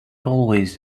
always